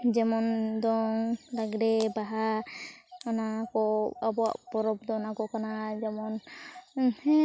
ᱡᱮᱢᱚᱱ ᱫᱚᱝ ᱞᱟᱜᱽᱲᱮ ᱵᱟᱦᱟ ᱚᱱᱟᱠᱚ ᱟᱵᱚᱣᱟᱜ ᱯᱚᱨᱚᱵᱽ ᱫᱚ ᱚᱱᱟᱠᱚ ᱠᱟᱱᱟ ᱡᱮᱢᱚᱱ